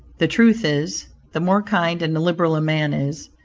the truth is, the more kind and liberal a man is,